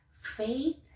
Faith